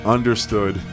Understood